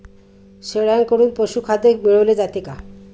शेळ्यांकडून पशुखाद्य मिळवले जाते का?